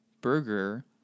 burger